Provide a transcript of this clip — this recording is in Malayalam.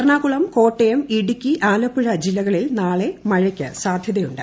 എറണാകുളം കോട്ടയം ഇടുക്കി ആലപ്പുഴ ജില്ലക്ളിൽ നാളെ മഴയ്ക്ക് സാധ്യതയുണ്ട്